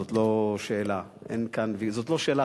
זאת לא שאלה, אין כאן, זאת לא שאלה.